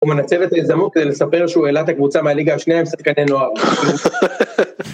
הוא מנצב את ההזדמנות כדי לספר שהוא העלה את הקבוצה מהליגה השנייה עם סתכני נוער.